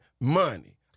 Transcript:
money